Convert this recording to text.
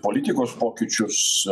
politikos pokyčius